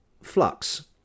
flux